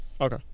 Okay